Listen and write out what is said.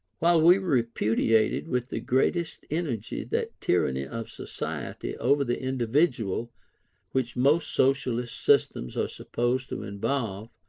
while we repudiated with the greatest energy that tyranny of society over the individual which most socialistic systems are supposed to involve,